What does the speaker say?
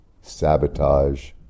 sabotage